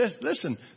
Listen